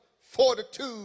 fortitude